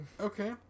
Okay